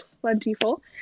plentiful